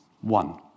one